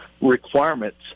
requirements